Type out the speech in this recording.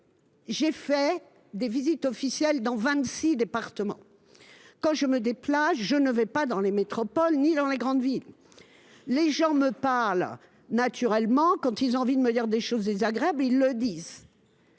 J’ai effectué une visite officielle dans vingt six départements. Quand je me déplace, je ne vais ni dans les métropoles ni dans les grandes villes. Les gens me parlent avec spontanéité : quand ils ont envie de me dire des choses désagréables, ils le font.